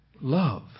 love